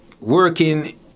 working